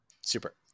Super